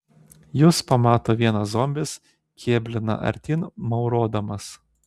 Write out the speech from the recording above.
jus pamato vienas zombis kėblina artyn maurodamas